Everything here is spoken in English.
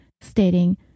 stating